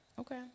Okay